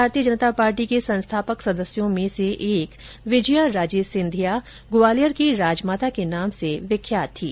भारतीय जनता पार्टी के संस्थापक सदस्यों में से एक विजया राजे सिंधिया ग्वालियर की राजमाता के नाम से विख्यात थीं